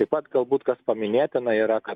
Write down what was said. taip pat galbūt kas paminėtina yra kad